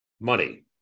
money